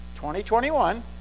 2021